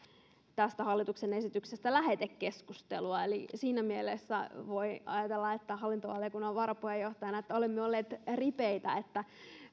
tästä hallituksen esityksestä lähetekeskustelua eli siinä mielessä voin ajatella hallintovaliokunnan varapuheenjohtajana että olemme olleet ripeitä että